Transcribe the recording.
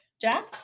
Jack